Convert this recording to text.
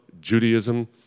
Judaism